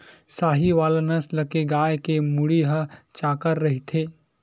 साहीवाल नसल के गाय के मुड़ी ह चाकर रहिथे